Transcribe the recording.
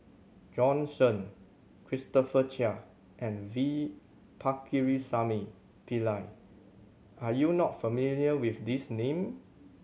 Bjorn Shen Christopher Chia and V Pakirisamy Pillai are you not familiar with these name